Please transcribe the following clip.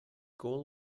goal